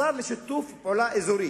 השר לשיתוף פעולה אזורי,